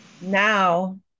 Now